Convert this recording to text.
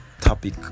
topic